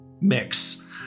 mix